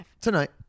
Tonight